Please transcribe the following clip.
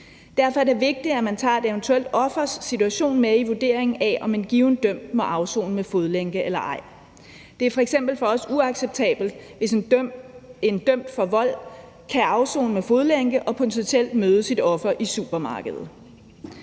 Derfor er det vigtigt, at man tager et eventuelt offers situation med i vurderingen af, om en given dømt må afsone med fodlænke eller ej. Det er for os f.eks. uacceptabelt, hvis en, der er dømt for vold, kan afsone med fodlænke og potentielt møde sit offer i supermarkedet.